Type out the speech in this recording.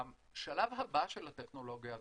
השלב הבא של הטכנולוגיה הזאת,